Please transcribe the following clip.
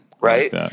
right